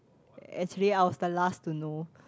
actually I was the last to know